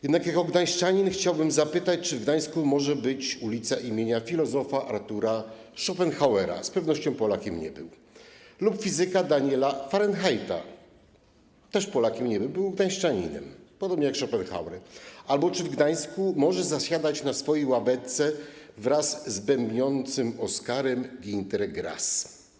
Jednak jako gdańszczanin chciałbym zapytać, czy w Gdańsku może być ulica imienia filozofa Arthura Schopenhauera - z pewnością Polakiem nie był - lub fizyka Daniela Fahrenheita - też Polakiem nie był, był gdańszczaninem, podobnie jak Schopenhauer - albo czy w Gdańsku może zasiadać na swojej ławeczce wraz z bębniącym Oskarem Günter Grass.